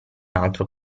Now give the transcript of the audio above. altro